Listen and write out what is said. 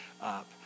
up